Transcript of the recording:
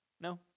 No